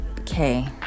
Okay